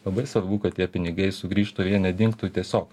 labai svarbu kad tie pinigai sugrįžtų jie nedingtų tiesiog